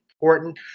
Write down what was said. important